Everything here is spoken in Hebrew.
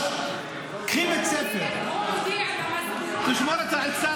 קחי בית ספר --- שהילד ילך לעזאזל?